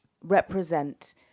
represent